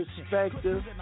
perspective